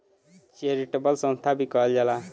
charitable संस्था भी कहल जाला